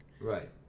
Right